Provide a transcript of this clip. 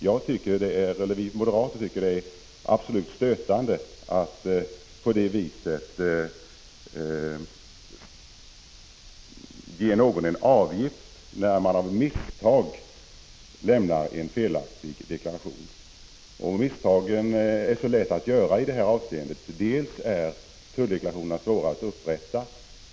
Vi moderater tycker att det är stötande att på det viset ta ut avgift när någon av misstag lämnat en felaktig deklaration. Och det är mycket lätt att göra sådana misstag. Tulldeklarationerna är svåra att upprätta.